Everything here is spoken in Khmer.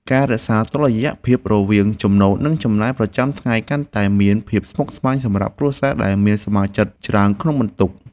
ការរក្សាតុល្យភាពរវាងចំណូលនិងចំណាយប្រចាំថ្ងៃកាន់តែមានភាពស្មុគស្មាញសម្រាប់គ្រួសារដែលមានសមាជិកច្រើនក្នុងបន្ទុក។